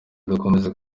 dukomere